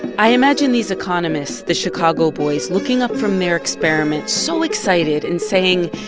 i imagine these economists the chicago boys looking up from their experiment so excited and saying,